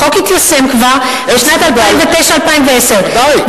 החוק התיישם כבר בשנת 2009 2010. בוודאי.